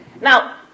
Now